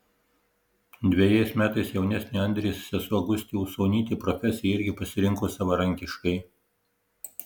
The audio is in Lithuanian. dvejais metais jaunesnė andrės sesuo gustė usonytė profesiją irgi pasirinko savarankiškai